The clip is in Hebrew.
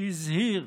שהזהיר